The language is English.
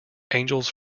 angels